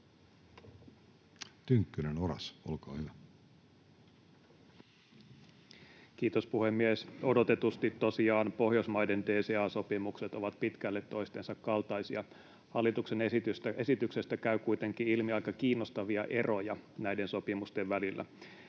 Time: 14:18 Content: Kiitos, puhemies! Odotetusti tosiaan Pohjoismaiden DCA-sopimukset ovat pitkälle toistensa kaltaisia. Hallituksen esityksestä käy kuitenkin ilmi aika kiinnostavia eroja näiden sopimusten välillä.